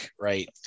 right